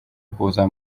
kuza